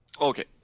okay